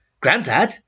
Granddad